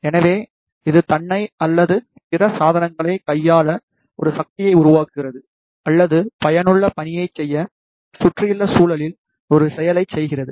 எனவே இது தன்னை அல்லது பிற சாதனங்களை கையாள ஒரு சக்தியை உருவாக்குகிறது அல்லது பயனுள்ள பணியைச் செய்ய சுற்றியுள்ள சூழலில் ஒரு செயலைச் செய்கிறது